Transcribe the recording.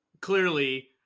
clearly